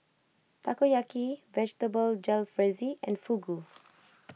Takoyaki Vegetable Jalfrezi and Fugu